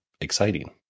exciting